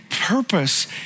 purpose